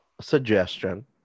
suggestion